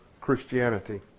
Christianity